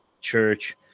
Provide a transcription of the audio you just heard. church